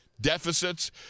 deficits